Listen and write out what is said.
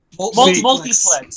Multiplex